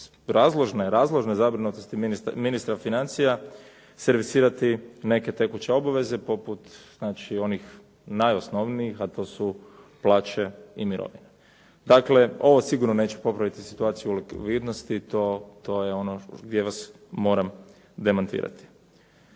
razložne zabrinutosti ministra financija, servisirati neke tekuće obaveze poput onih najosnovnijih, a to su plaće i mirovine. Dakle, ovo sigurno neće popraviti situaciji u likvidnosti, to je ono gdje vas moram demantirati.